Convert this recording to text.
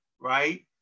right